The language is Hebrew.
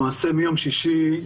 למעשה מיום שישי,